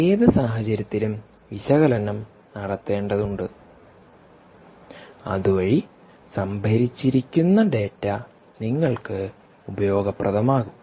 ഏത് സാഹചര്യത്തിലും വിശകലനം നടത്തേണ്ടതുണ്ട് അതുവഴി സംഭരിച്ചിരിക്കുന്ന ഡാറ്റ നിങ്ങൾക്ക് ഉപയോഗപ്രദമാകും